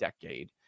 decade